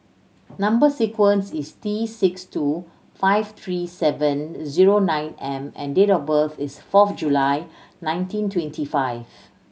number sequence is T six two five three seven zero nine M and date of birth is fourth July nineteen twenty five